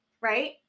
right